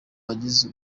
wagize